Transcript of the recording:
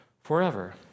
forever